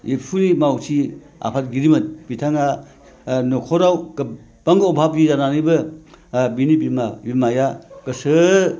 एबसुनि मावथि आफादगिरिमोन बिथाङा न'खराव गोबां अभाबि जानानैबो बिनि बिमा बिमाया गोसो